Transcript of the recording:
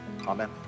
Amen